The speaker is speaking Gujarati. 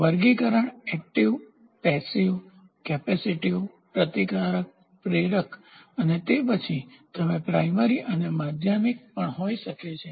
વર્ગીકરણ એકટીવસક્રિય પેસીવનિષ્ક્રિય કેપેસિટીવ પ્રતિકારક પ્રેરક અને તે પછી તમે પ્રાઇમરીપ્રાથમિક અને માધ્યમિક પણ હોઈ શકો છો